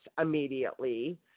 immediately